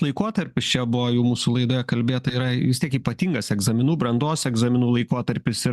laikotarpis čia buvo jau mūsų laidoje kalbėta yra vis tiek ypatingas egzaminų brandos egzaminų laikotarpis ir